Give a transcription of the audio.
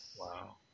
Wow